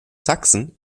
sachsen